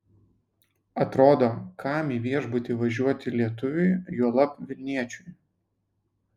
atrodo kam į viešbutį važiuoti lietuviui juolab vilniečiui